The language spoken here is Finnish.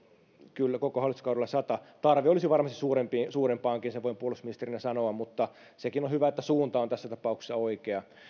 kyllä koko hallituskaudella sata tarve olisi varmasti suurempaankin sen voin puolustusministerinä sanoa mutta sekin on hyvä että suunta on tässä tapauksessa oikea